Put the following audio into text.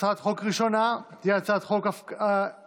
הצעת חוק ראשונה היא הצעת חוק הפקדות